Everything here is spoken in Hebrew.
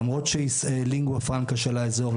למרות שהיא lingua franca של האזור,